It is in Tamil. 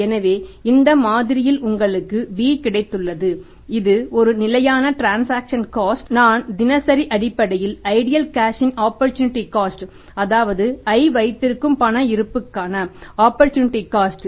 எனவே அதற்கான ஆப்பர்சூனிட்டி காஸ்ட்